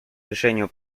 решению